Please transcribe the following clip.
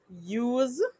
use